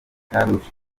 karrueche